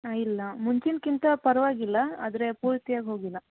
ಹಾಂ ಇಲ್ಲ ಮುಂಚಿನ್ಕಿಂತ ಪರವಾಗಿಲ್ಲ ಆದರೆ ಪೂರ್ತಿ ಆಗಿ ಹೋಗಿಲ್ಲ